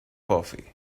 coffee